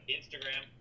Instagram